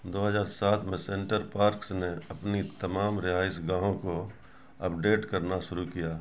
دو ہزار سات میں سینٹر پارکس نے اپنی تمام رہائش گاہوں کو اپ ڈیٹ کرنا شروع کیا